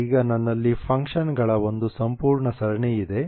ಈಗ ನನ್ನಲ್ಲಿ ಫಂಕ್ಷನ್ಗಳ ಒಂದು ಸಂಪೂರ್ಣ ಸರಣಿ ಇದೆ